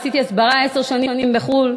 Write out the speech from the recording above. עשיתי הסברה עשר שנים בחו"ל,